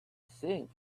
think